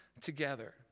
together